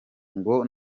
ngo